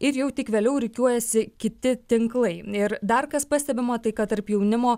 ir jau tik vėliau rikiuojasi kiti tinklai ir dar kas pastebima tai kad tarp jaunimo